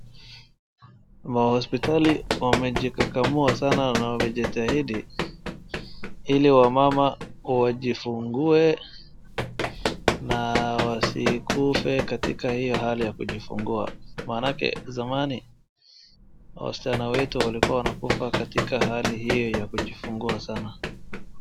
Mahosipitali wamejikakamua sana na wamejitahidi ili wamama wajifungue na wasikufe katika hio hali ya kujifungua. Maanake zamani wasichana wetu walikuwa wanakufa katika hali hiyo ya kujifungua sana.